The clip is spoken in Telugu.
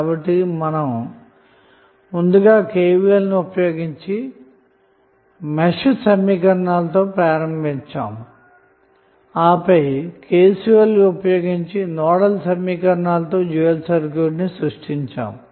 కాబట్టి మనం ముందుగా KVL ను ఉపయోగించి మెష్ సమీకరణాలతో ప్రారంభించాము ఆపై KCL ను ఉపయోగించి నోడల్ సమీకరణాలతో డ్యూయల్ సర్క్యూట్ ని సృష్టించాము